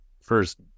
first